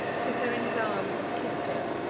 took her in his arms and kissed her,